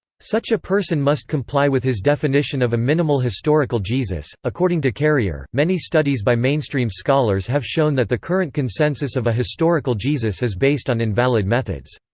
such a person must comply with his definition of a minimal historical jesus according to carrier, many studies by mainstream scholars have shown that the current consensus of a historical jesus is based on invalid methods.